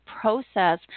process